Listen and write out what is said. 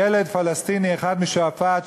ילד פלסטיני אחד משועפאט,